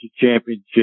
championship